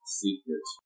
secret